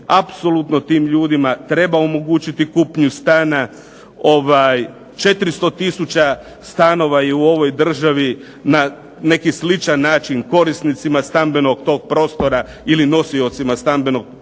Apsolutno tim ljudima treba omogućiti kupnju stana. 400000 stanova je u ovoj državi na neki sličan način korisnicima stambenog tog prostora ili nosiocima stambenog, kako